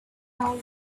town